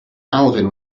alvin